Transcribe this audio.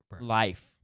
life